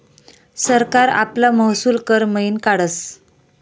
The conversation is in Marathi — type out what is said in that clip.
सरकार आपला महसूल कर मयीन काढस